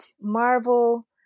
marvel